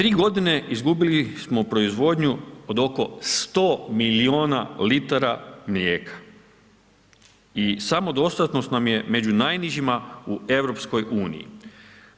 3 g. izgubili smo proizvodnju od oko 100 milijuna litara mlijeka i samodostatnost nam je među najnižima u EU-u.